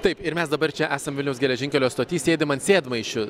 taip ir mes dabar čia esam vilniaus geležinkelio stoty sėdim ant sėdmaišių